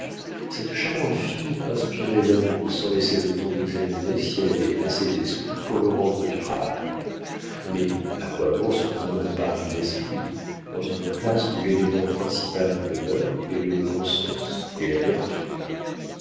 cette charmante fille inspirait l'amour sans laisser le temps d'examiner si elle avait assez d'esprit pour le rendre durable mais à quoi bon ce qu'on nomme à paris l'esprit dans une classe où l'élément principal du bonheur est le bon sens et la vertu